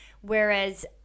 Whereas